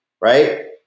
right